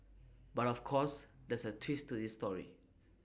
but of course there's A twist to this story